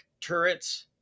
turrets